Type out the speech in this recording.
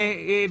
ההסדרים.